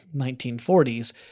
1940s